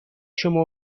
شما